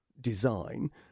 design